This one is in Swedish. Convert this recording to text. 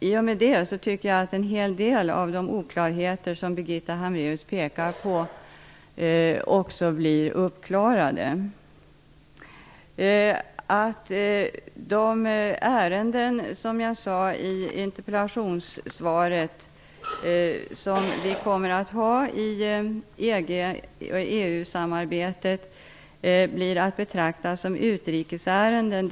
I och med detta tycker jag att en hel del av de oklarheter som Birgitta Hambraeus pekar på blir uppklarade. Det är, som jag sade i interpellationssvaret, självklart att de ärenden som vi kommer att ha i EG/EU-samarbetet blir att betrakta som utrikesärenden.